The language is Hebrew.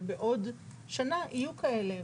ובעוד שנה יהיו כאלה.